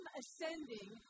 ascending